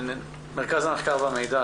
מרכז המחקר והמידע,